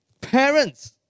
parents